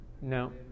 No